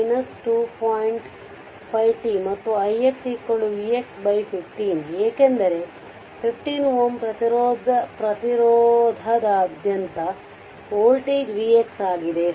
ಮತ್ತು ix vx15 ಏಕೆಂದರೆ 15 Ω ಪ್ರತಿರೋಧದಾದ್ಯಂತ ವೋಲ್ಟೇಜ್ vx ಆಗಿದೆ